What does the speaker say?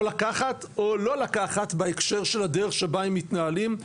לקחת או לא לקחת בהקשר של הדרך שבה הם מתנהלים,